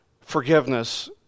forgiveness